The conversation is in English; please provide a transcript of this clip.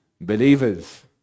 believers